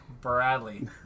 Bradley